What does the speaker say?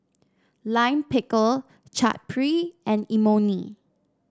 Lime Pickle Chaat Papri and Imoni